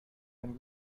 einen